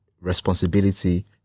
responsibility